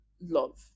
love